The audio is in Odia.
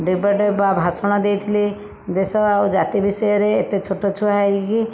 ଡିବେଟ ବା ଭାଷଣ ଦେଇଥିଲି ଦେଶ ଆଉ ଜାତି ବିଷୟରେ ଏତେ ଛୋଟ ଛୁଆ ହେଇକି